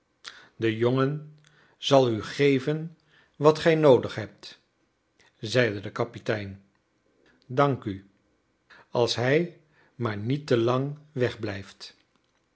de jongen zal u geven wat gij noodig hebt zeide de kapitein dank u als hij maar niet te lang